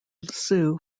sue